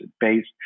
based